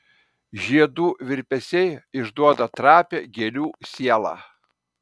žiedų virpesiai išduoda trapią gėlių sielą